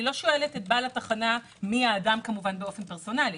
אני לא שואלת את בעל התחנה מי האדם באופן פרסונלי,